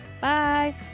Bye